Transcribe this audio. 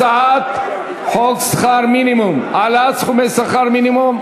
הצעת חוק שכר מינימום (העלאת סכומי שכר מינימום,